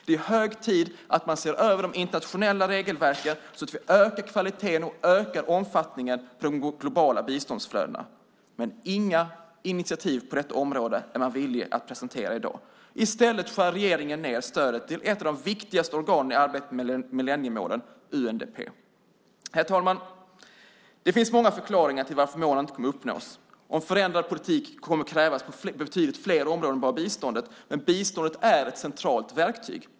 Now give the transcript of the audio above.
Det är hög tid att man ser över de internationella regelverken så att vi ökar kvaliteten och ökar omfattningen av de globala biståndsflödena. Men inga initiativ på detta område är man villig att presentera i dag. I stället skär regeringen ned stödet till ett av de viktigaste organen i arbetet med millenniemålen, UNDP. Herr talman! Det finns många förklaringar till varför målen inte kommer att uppnås. Förändrad politik kommer att krävas på betydligt fler områden än biståndet, men biståndet är ett centralt verktyg.